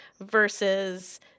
versus